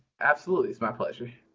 absolutely, it's my pleasure.